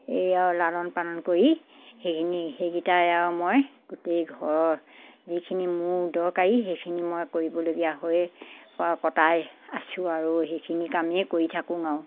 এইয়া আৰু লালন পালন কৰি সেইখিনি সেইকেইটাই আৰু মই গোটেই ঘৰৰ যিখিনি মোৰ দৰকাৰী সেইখিনি মই কৰিবলগীয়া হৈ বা কটাই আছো আৰু সেইখিনি কামেই কৰি থাকোঁ আৰু